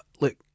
look